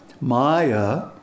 Maya